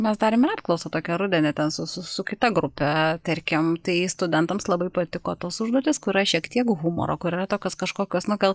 mes darėm ir apklausą tokią rudenį ten su su su kita grupe tarkim tai studentams labai patiko tos užduotys kur ra šiek tiek humoro kur yra tokios kažkokios nu gal